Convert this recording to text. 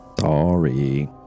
Sorry